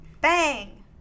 Bang